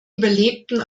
überlebten